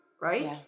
right